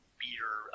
beer